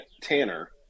Tanner